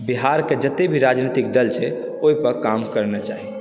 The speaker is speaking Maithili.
बिहारके जते भी राजनितिक दल छै ओहिपर काम करना चाही